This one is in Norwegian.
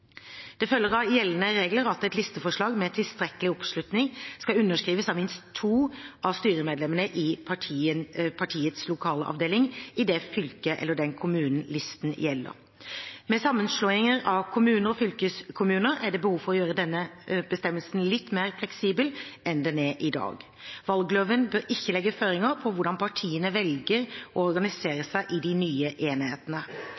Det følger av gjeldende regler at et listeforslag med tilstrekkelig oppslutning skal underskrives av minst to av styremedlemmene i partiets lokalavdeling i det fylket eller den kommunen listen gjelder. Med sammenslåinger av kommuner og fylkeskommuner er det behov for å gjøre denne bestemmelsen litt mer fleksibel enn den er i dag. Valgloven bør ikke legge føringer for hvordan partiene velger å